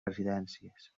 residències